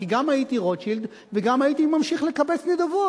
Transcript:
כי גם הייתי רוטשילד וגם הייתי ממשיך לקבץ נדבות,